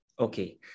Okay